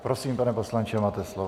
Prosím, pane poslanče, máte slovo.